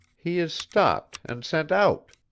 he is stopped and sent out.